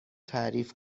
تعریف